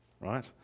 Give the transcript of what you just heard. right